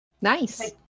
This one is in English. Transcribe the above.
Nice